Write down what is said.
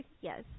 Yes